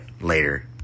Later